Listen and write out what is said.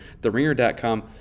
TheRinger.com